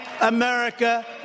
America